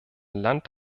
land